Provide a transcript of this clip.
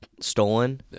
stolen